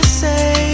say